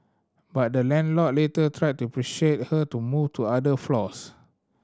but the landlord later tried to persuade her to move to other floors